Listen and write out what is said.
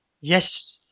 Yes